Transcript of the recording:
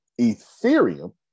Ethereum